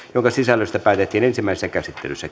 jonka sisällöstä päätettiin ensimmäisessä käsittelyssä